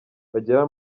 bagera